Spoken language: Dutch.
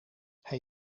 hij